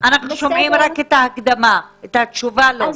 אנחנו שומעים רק את ההקדמה, את התשובה לא.